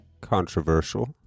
controversial